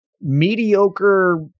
mediocre